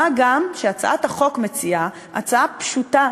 מה גם שהצעת החוק מציעה הצעה פשוטה,